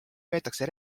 peetakse